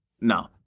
No